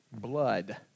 blood